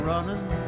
running